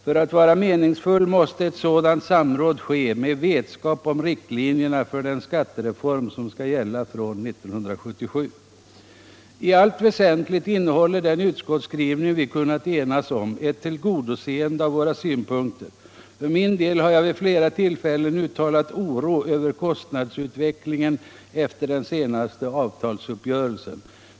För att vara meningsfullt måste ett sådant samråd ske med vetskap om riktlinjerna för den skattereform som skall gälla från 1977. I allt väsentligt innehåller den utskottsskrivning vi kunnat enas om ett tillgodoseende av våra synpunkter. För min del har jag vid flera tillfällen uttalat oro över kostnadsutvecklingen efter den senaste avtalsuppgörelsen.